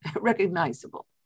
recognizable